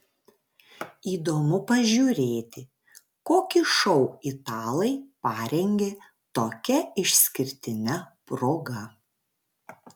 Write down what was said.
įdomu pažiūrėti kokį šou italai parengė tokia išskirtine proga